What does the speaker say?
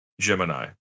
Gemini